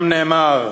המדינה ואנשיה,